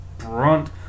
brunt